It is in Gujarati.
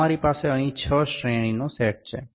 અમારી પાસે અહીં છ શ્રેણીનો સેટ છે